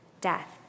death